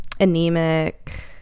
anemic